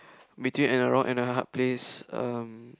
between and a rock and a hard place um